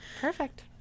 perfect